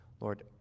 Lord